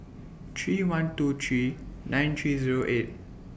three one two three nine three Zero eight